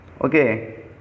okay